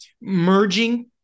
merging